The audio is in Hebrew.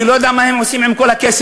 אני לא יודע מה הם עושים עם כל הכסף.